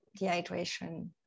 dehydration